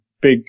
big